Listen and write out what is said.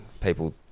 people